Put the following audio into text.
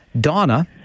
Donna